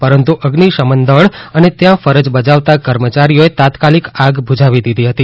પરંતુ અઝ્નિ શમન દળ અને ત્યાં ફરજ બજાવતા કર્મયારીઓએ તાત્કાલિક આગ બુઝાવી દીધી હતી